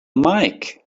mike